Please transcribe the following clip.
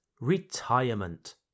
retirement